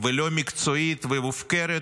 לא מקצועית ומופקרת,